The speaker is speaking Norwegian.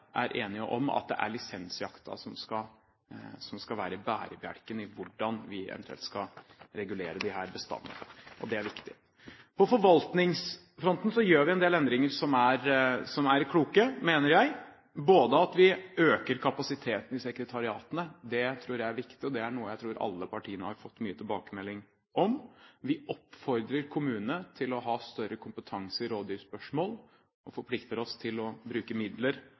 er enige om at det er lisensjakten som skal være bærebjelken i hvordan vi eventuelt skal regulere disse bestandene – og det er viktig. På forvaltningsfronten gjør vi en del endringer som er kloke, mener jeg. Vi øker kapasiteten i sekretariatene. Det tror jeg er viktig, og det er noe jeg tror alle partiene har fått mange tilbakemeldinger om. Vi oppfordrer kommunene til å ha større kompetanse i rovdyrspørsmål, og vi forplikter oss til å bruke midler